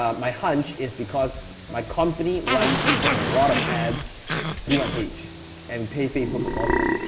um my hunch is because my company runs a lot of ads through my page and pay facebook a lot of money.